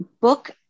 book